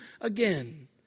again